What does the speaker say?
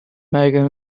megan